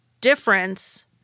difference